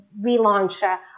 relauncher